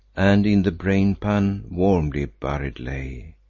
and in the brainpan warmly buried lay.